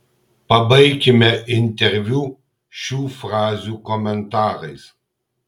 pabaikime interviu šių frazių komentarais